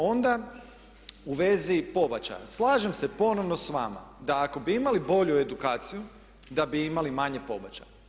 Onda u vezi pobačaja, slažem se ponovno s vama da ako bi imali bolju edukaciju da bi imali manje pobačaja.